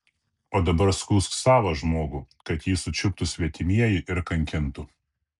o dabar skųsk savą žmogų kad jį sučiuptų svetimieji ir kankintų